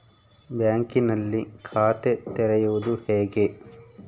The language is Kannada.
ಬ್ಯಾಂಕಿನಲ್ಲಿ ಖಾತೆ ತೆರೆಯುವುದು ಹೇಗೆ?